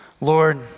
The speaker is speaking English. Lord